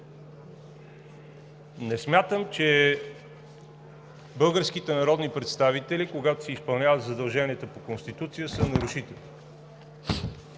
Не смятам, че българските народни представители, когато си изпълняват задълженията по Конституция, са нарушители.